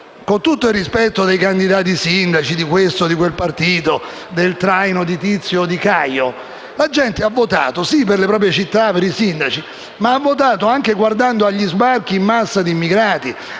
con tutto il rispetto dei candidati sindaci di questo e di quel partito, del traino di Tizio e di Caio, la gente ha votato sì per le proprie città e per i sindaci, ma ha votato anche guardando agli sbarchi in massa di immigrati